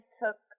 took